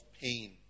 pain